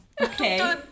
okay